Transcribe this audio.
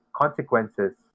consequences